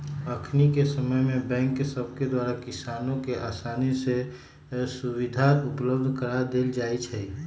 अखनिके समय में बैंक सभके द्वारा किसानों के असानी से सुभीधा उपलब्ध करा देल जाइ छइ